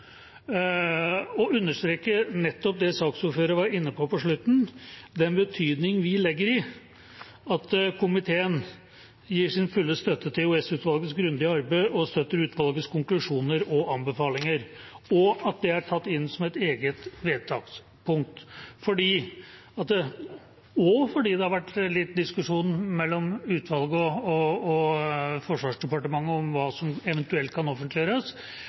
nettopp det saksordføreren var inne på på slutten: den betydningen vi legger i at komiteen gir sin fulle støtte til EOS-utvalgets grundige arbeid og utvalgets konklusjoner og anbefalinger, og at det er tatt inn som et eget vedtakspunkt, også fordi det har vært litt diskusjon mellom utvalget og Forsvarsdepartementet om hva som eventuelt kan offentliggjøres.